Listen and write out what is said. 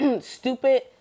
stupid